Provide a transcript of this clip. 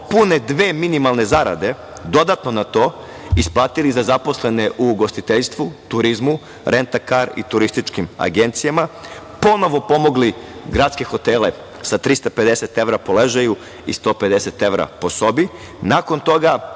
pune dve minimalne zarade dodatno na to isplatili za zaposlene u ugostiteljstvu, turizmu, rentakar i turističkim agencijama, ponovo pomogli gradske hotele sa 350 evra po ležaju i 150 evra po sobi, nakon toga